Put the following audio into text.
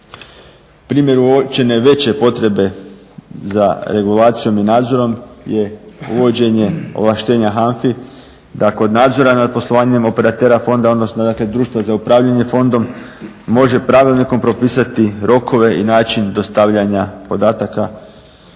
uočene veće potrebe za regulacijom i nadzorom je uvođenje ovlaštenja HANFA-i da kod nadzora nad poslovanjem operatera fonda, odnosno društva za upravljanje fondom može pravilnikom propisati rokove i način dostavljanja podataka,